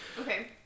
Okay